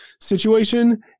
situation